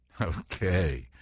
Okay